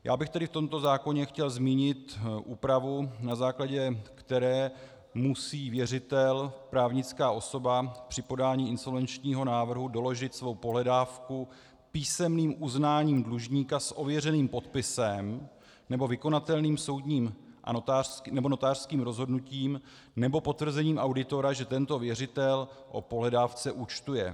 Já bych tedy v tomto zákoně chtěl zmínit úpravu, na základě které musí věřitel právnická osoba při podání insolvenčního návrhu doložit svou pohledávku písemným uznáním dlužníka s ověřeným podpisem nebo vykonatelným soudním nebo notářským rozhodnutím nebo potvrzením auditora, že tento věřitel o pohledávce účtuje.